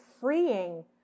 freeing